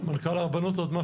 על זה אני מניח שאין מחלוקת.